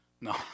No